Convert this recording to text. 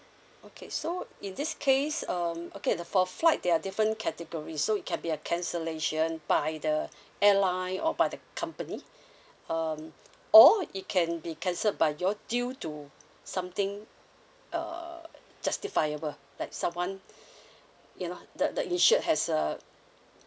okay so in this case um okay the for flight there're different category so it can be a cancellation by the airline or by the company um or it can be cancelled by you all due to something uh justifiable like someone you know the the insured has uh